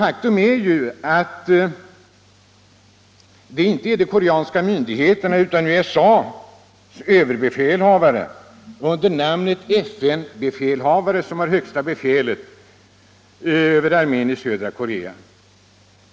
Faktum är att det inte är de koreanska myndigheterna utan USA:s överbefälhavare som under namnet av FN-befälhavare har högsta befälet över armén i södra Korea.